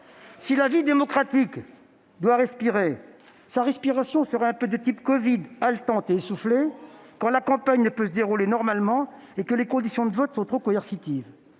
que la vie démocratique doit respirer, sa respiration sera de type covid, haletante et essoufflée, si la campagne ne peut se dérouler normalement et si les conditions de vote sont trop coercitives.